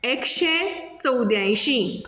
एकशें चवद्यांयशीं